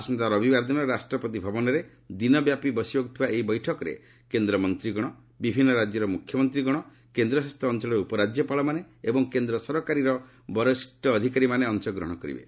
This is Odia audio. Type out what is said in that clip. ଆସନ୍ତା ରବିବାର ଦିନ ରାଷ୍ଟ୍ରପତି ଭବନରେ ଦିନ ବ୍ୟାପୀ ବସିବାକୁ ଥିବା ଏହି ବୈଠକରେ କେନ୍ଦ୍ରମନ୍ତ୍ରୀଗଣ ବିଭିନ୍ନ ରାଜ୍ୟର ମୁଖ୍ୟମନ୍ତ୍ରୀ ଗଣ କେନ୍ଦ୍ର ଶାସିତ ଅଞ୍ଚଳର ଉପରାଜ୍ୟପାଳମାନେ ଏବଂ କେନ୍ଦ୍ର ସରକାରୀ ବରିଷ୍ଠ ଅଧିକାରୀମାନେ ଅଂଶଗ୍ରହଣ କରିବେ